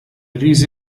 rise